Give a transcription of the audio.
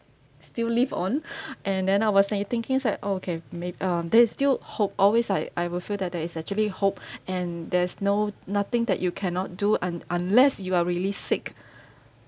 still live on and then I was like thinking like okay may~ um there's still hope always I I will feel that there is actually hope and there's no nothing that you cannot do un~ unless you are really sick